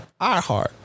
iHeart